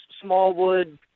Smallwood